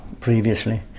previously